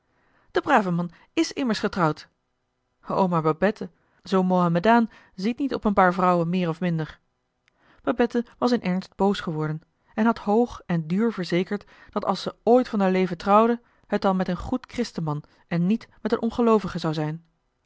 is immers getrouwd o maar babette zoo'n mohamedaan ziet niet op een paar vrouwen meer of minder babette was in ernst boos geworden en had hoog en duur verzekerd dat als ze ooit van d'r leven trouwde het dan met een goed christenman en niet met een ongeloovige zou zijn